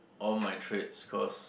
all my traits cause